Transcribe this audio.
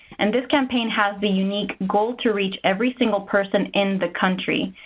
and this campaign has the unique goal to reach every single person in the country.